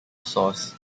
source